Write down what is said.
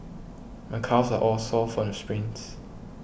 my calves are all sore from the sprints